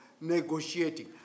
Negotiating